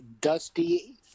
dusty